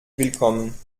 willkommen